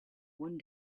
one